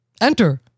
Enter